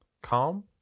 calm